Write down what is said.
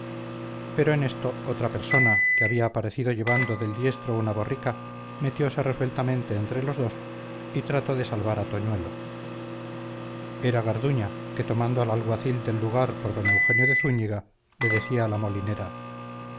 pero en esto otra persona que había aparecido llevando del diestro una borrica metióse resueltamente entre los dos y trató de salvar a toñuelo era garduña que tomando al alguacil del lugar por don eugenio de zúñiga le decía a la molinera